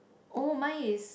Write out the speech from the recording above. oh my is